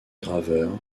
graveur